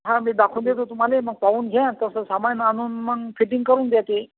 हा मी दाखवून देतो तुम्हाला मग पाहून घ्या तसं सामान आणून मग फिटिंग करून द्या ती